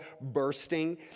Bursting